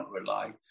rely